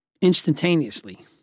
instantaneously